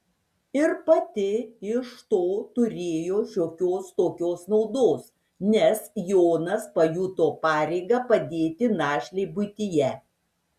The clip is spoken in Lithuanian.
ir pati iš to turėjo šiokios tokios naudos nes jonas pajuto pareigą padėti našlei buityje